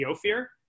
fear